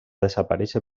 desaparèixer